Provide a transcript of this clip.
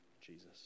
Jesus